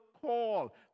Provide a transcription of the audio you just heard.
call